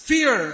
Fear